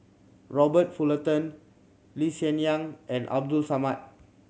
Robert Fullerton Lee Hsien Yang and Abdul Samad